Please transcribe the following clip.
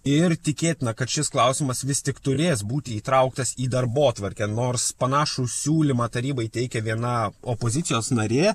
ir tikėtina kad šis klausimas vis tik turės būti įtrauktas į darbotvarkę nors panašų siūlymą tarybai teikia viena opozicijos narė